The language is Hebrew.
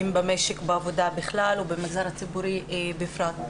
במשק בעבודה בכלל ובמגזר הציבורי בפרט.